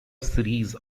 series